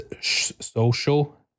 social